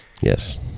Yes